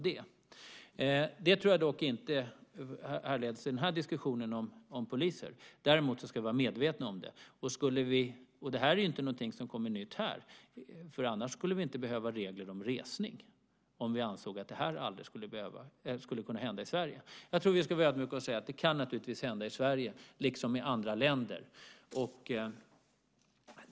Det här tror jag dock inte härleds i den här diskussionen om poliser. Däremot ska vi vara medvetna om den. Det här är inte nytt, annars skulle vi om vi anser att det aldrig skulle hända i Sverige inte behöva regler om resning. Vi ska vara ödmjuka och säga att det naturligtvis kan hända i Sverige liksom i andra länder.